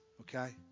Okay